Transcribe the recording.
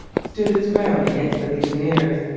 stood his ground against the mutineers,